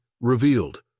revealed